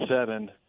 seven